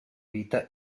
vita